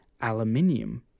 Aluminium